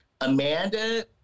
Amanda